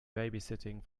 babysitting